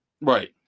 Right